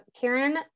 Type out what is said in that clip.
Karen